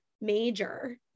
major